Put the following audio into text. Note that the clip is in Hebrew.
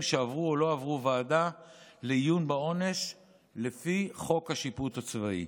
שעברו או שלא עברו ועדה לעיון בעונש לפי חוק השיפוט הצבאי.